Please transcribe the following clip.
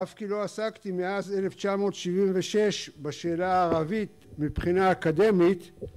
אף כי לא עסקתי מאז 1976 בשאלה הערבית מבחינה אקדמית